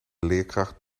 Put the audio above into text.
leerkracht